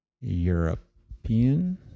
European